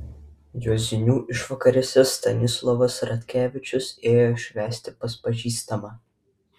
juozinių išvakarėse stanislovas ratkevičius ėjo švęsti pas pažįstamą